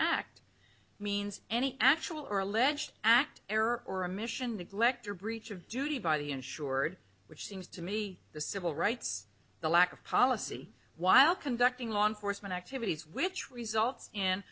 act means any actual or alleged act error or omission neglect or breach of duty by the insured which seems to me the civil rights the lack of policy while conducting law enforcement activities which results in